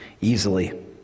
easily